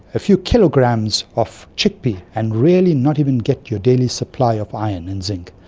a few kilograms of chickpea and really not even get your daily supply of iron and zinc.